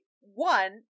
one